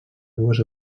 dues